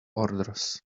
orders